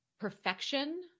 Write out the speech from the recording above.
perfection